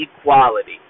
equality